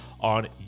on